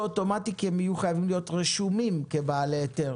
אוטומטי כי הם יהיו חייבים להיות רשומים כבעלי היתר